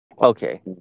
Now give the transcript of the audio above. okay